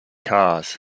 cars